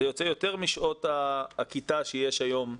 זה יוצא יותר משעות הכיתה שיש היום.